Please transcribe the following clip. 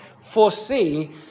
foresee